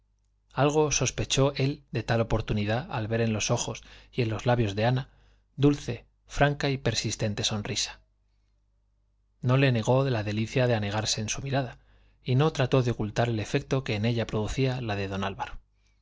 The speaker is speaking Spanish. algo sospechó él de tal oportunidad al ver en los ojos y en los labios de ana dulce franca y persistente sonrisa no le negó la delicia de anegarse en su mirada y no trató de ocultar el efecto que en ella producía la de don álvaro